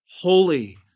holy